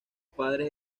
padres